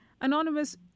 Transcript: Anonymous